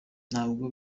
n’ubwo